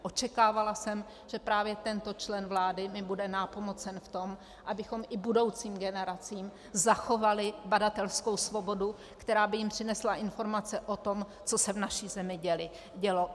Očekávala jsem, že právě tento člen vlády mi bude nápomocen v tom, abychom i budoucím generacím zachovali badatelskou svobodu, která by jim přinesla informace o tom, co se v naší zemi dělo.